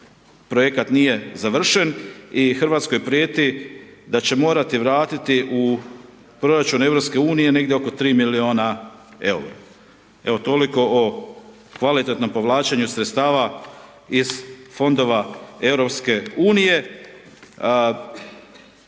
projekat nije završen i Hrvatskoj prijeti da će morati vratiti u proračun EU-a negdje oko 3 milijuna eura. Evo toliko o kvalitetnom povlačenju sredstava iz fondova EU-a.